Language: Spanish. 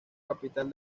capital